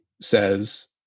says